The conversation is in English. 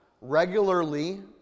regularly